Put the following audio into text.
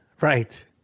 Right